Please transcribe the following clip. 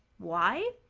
why?